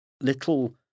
little